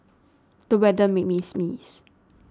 the weather made me sneeze